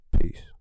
Peace